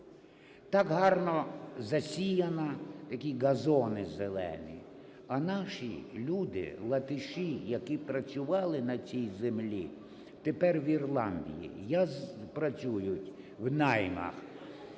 Так гарно засіяна, такі газони зелені, а наші люди-латиші, які працювали на цій землі, тепер в Ірландії працюють в наймах".